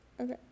Okay